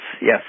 yes